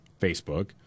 Facebook